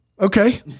Okay